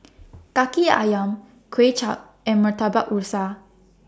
Kaki Ayam Kuay Chap and Murtabak Rusa